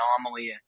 anomaly